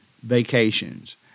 vacations